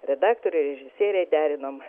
redaktoriai režisieriai derinom